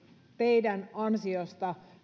teidän ansiostanne